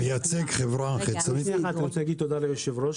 אני רוצה להודות ליושב-ראש.